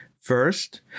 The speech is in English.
First